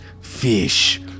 Fish